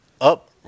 up